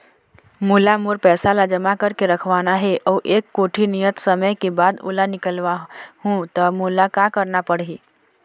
मोला मोर पैसा ला जमा करके रखवाना हे अऊ एक कोठी नियत समय के बाद ओला निकलवा हु ता मोला का करना पड़ही?